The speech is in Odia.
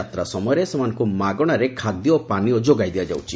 ଯାତ୍ରା ସମୟରେ ସେମାନଙ୍କ ମାଗଣାରେ ଖାଦ୍ୟ ଓ ପାନୀୟ ଯୋଗାଇ ଦିଆଯାଉଛି